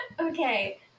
okay